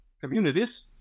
communities